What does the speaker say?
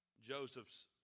Joseph's